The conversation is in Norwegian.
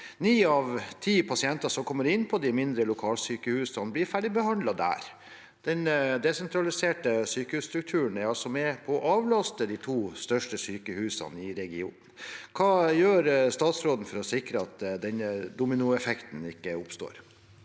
9 av 10 pasienter som kommer inn på de mindre lokalsykehusene, blir ferdigbehandlet der. Den desentraliserte sykehusstrukturen er altså med på å avlaste de to største sykehusene i regionen. Hva gjør statsråden for å sikre at denne dominoeffekten ikke oppstår?»